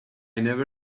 never